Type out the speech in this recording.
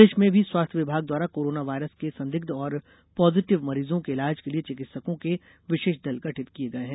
प्रदेश में भी स्वास्थ्य विभाग द्वारा कोरोना वायरस के संदिग्ध और पॉजिटिव मरीजों के इलाज के लिए चिकित्सकों के विशेष दल गठित किये गये हैं